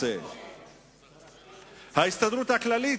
ההסתדרות הכללית,